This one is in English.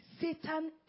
Satan